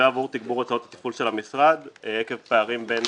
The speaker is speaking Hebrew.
ועבור תגבור הוצאות הטיפול של המשרד עקב פערים בין